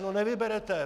No nevyberete!